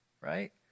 right